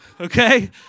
Okay